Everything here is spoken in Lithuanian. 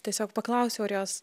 tiesiog paklausiau ar jos